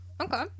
Okay